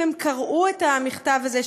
אם הם קראו את המכתב הזה,